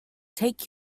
take